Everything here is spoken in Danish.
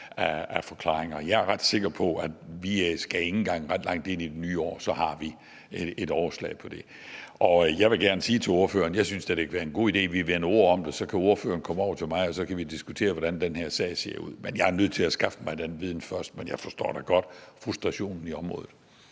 jeg er ret sikker på, at vi ikke engang skal ret langt ind i det nye år, før vi har et overslag på det. Jeg vil gerne sige til spørgeren, at jeg da synes, det kan være en god idé, at vi veksler nogle ord om det, og så kan spørgeren komme over til mig, og så kan vi diskutere, hvordan den her sag ser ud, men jeg er nødt til at skaffe mig den viden først. Men jeg forstår da godt, at der er den frustration i området.